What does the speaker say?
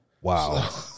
Wow